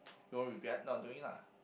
you won't regret not doing it lah